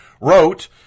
wrote